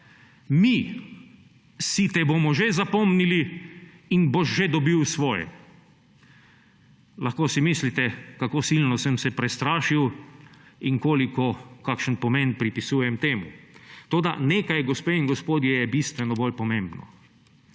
Mi si te bomo že zapomnili in boš že dobil svoje. Lahko si mislite, kako silno sem se prestrašil in kakšen pomen pripisujem temu. Toda nekaj, gospe in gospodje, je bistveno bolj pomembno.